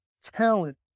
talent